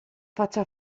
faccia